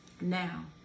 Now